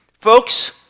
Folks